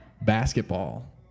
basketball